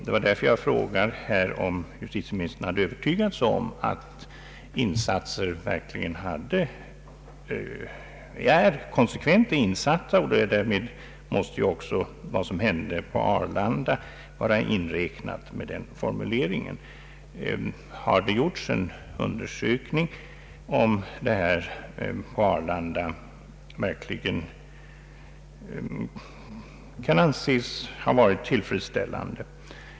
Det var därför jag frågade om justitieministern övertygat sig om huruvida insatser verkligen hade gjorts konsekvent. I den formuleringen var också det som hände på Arlanda inräknat. Har det gjorts en undersökning om polisens insatser på Arlanda verkligen kan anses ha varit tillfredsställande?